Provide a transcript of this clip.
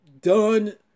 done